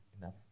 enough